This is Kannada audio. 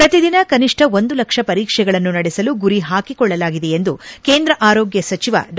ಪ್ರತಿದಿನ ಕನಿಷ್ಠ ಒಂದು ಲಕ್ಷ ಪರೀಕ್ಷೆಗಳನ್ನು ನಡೆಸಲು ಗುರಿ ಪಾಕಿಕೊಳ್ಳಲಾಗಿದೆ ಎಂದು ಕೇಂದ್ರ ಆರೋಗ್ಯ ಸಚಿವ ಡಾ